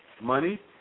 money